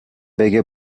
بگه